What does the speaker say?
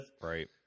Right